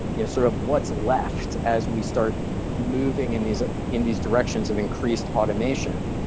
you know sort of what's left as we start moving in these ah in these directions of increased automation,